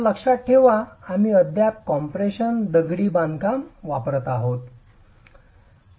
तर लक्षात ठेवा आम्ही अद्याप कम्प्रेशन अंतर्गत दगडी बांधकाम तपासत आहोत